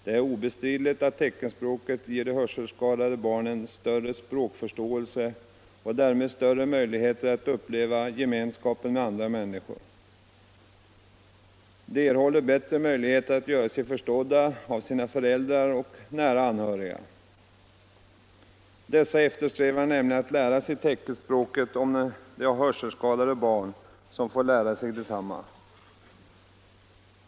Det är obestridligt att teckenspråket ger de hörselskadade barnen större språkförståelse och därmed större möjligheter att uppleva gemenskap med andra människor. De erhåller bättre möjligheter att göra sig förstådda av sina föräldrar och övriga nära anhöriga. Dessa eftersträvar nämligen att lära sig teckenspråket, om deras hörselskadade barn får lära sig detsamma.